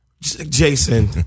Jason